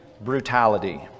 brutality